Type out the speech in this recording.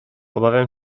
obawiam